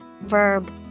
verb